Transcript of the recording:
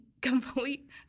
complete